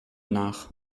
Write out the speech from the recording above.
nach